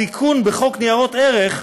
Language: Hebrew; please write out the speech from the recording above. התיקון בחוק ניירות ערך,